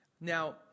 Now